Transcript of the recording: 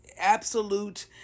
absolute